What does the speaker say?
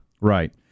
Right